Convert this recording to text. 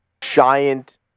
giant